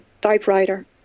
typewriter